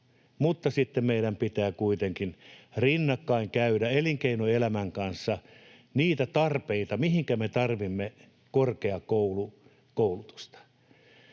mutta sitten meidän pitää kuitenkin rinnakkain elinkeinoelämän kanssa käydä läpi niitä tarpeita, mihinkä me tarvitsemme korkeakoulukoulutusta.